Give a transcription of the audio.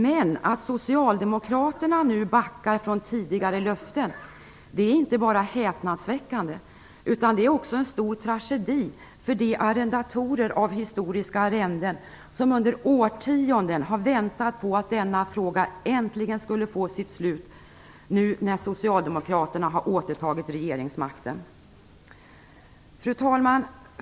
Men att Socialdemokraterna nu backar från tidigare löften är inte bara häpnadsväckande, utan också en stor tragedi för de arrendatorer av historiska arrenden som under årtionden har väntat på att denna fråga äntligen skulle få sitt slut, när Socialdemokraterna nu har återtagit regeringsmakten. Fru talman!